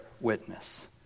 witness